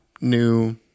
new